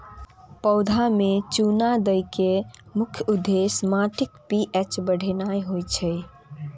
पौधा मे चूना दै के मुख्य उद्देश्य माटिक पी.एच बढ़ेनाय होइ छै